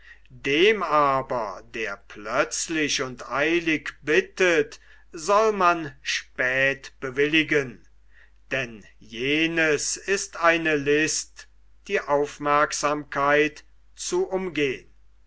dem aber der plötzlich und eilig bittet soll man spät bewilligen denn jenes ist eine list die aufmerksamkeit zu umgehn